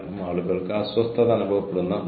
കാരണം ആളുകൾ ഉൾപ്പെട്ടിരിക്കുന്നു